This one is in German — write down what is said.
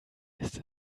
ist